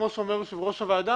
כמו שאומר יושב ראש הוועדה,